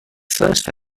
first